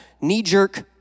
knee-jerk